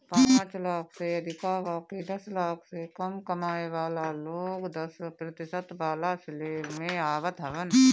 पांच लाख से अधिका बाकी दस लाख से कम कमाए वाला लोग दस प्रतिशत वाला स्लेब में आवत हवन